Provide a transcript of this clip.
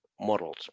models